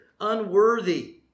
unworthy